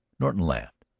norton laughed.